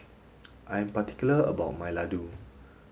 I am particular about my Ladoo